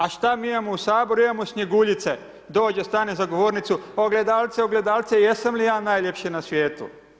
A šta mi imamo u Saboru, imamo Snjeguljice, dođe, stane za govornicu, ogledalce, ogledalce jesam li ja najljepši na svijetu?